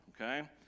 Okay